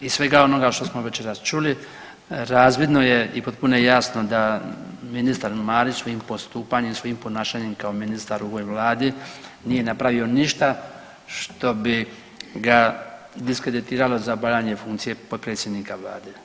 Iz svega onoga što smo večeras čuli razvidno je i potpuno je jasno da ministar Marić svojim postupanjem i svojim ponašanjem kao ministar u ovoj vladi nije napravio ništa što bi ga diskreditiralo za obavljanje funkcije potpredsjednika vlade.